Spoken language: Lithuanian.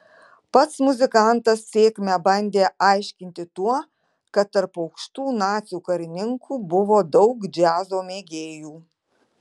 pats muzikantas sėkmę bandė aiškinti tuo kad tarp aukštų nacių karininkų buvo daug džiazo mėgėjų